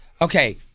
Okay